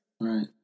Right